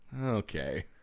Okay